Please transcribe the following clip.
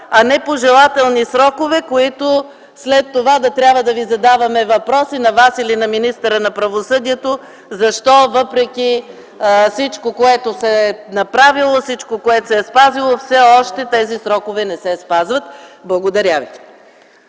а не пожелателни срокове, за които след това да трябва да задаваме въпроси на Вас или на министъра на правосъдието защо въпреки всичко, което е направено, всичко, което е спазено, все още тези срокове не се спазват. Благодаря ви.